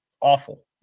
awful